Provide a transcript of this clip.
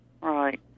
Right